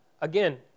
Again